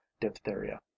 diphtheria